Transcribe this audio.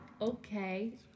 Okay